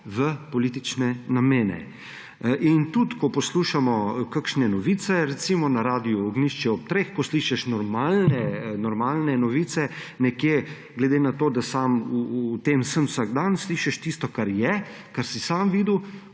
v politične namene. Tudi ko poslušamo kakšne novice, recimo na Radiu Ognjišče ob treh, ko slišiš normalne novice nekje – glede na to, da sem sam v tem vsak dan –, slišiš tisto, kar je, kar si sam videl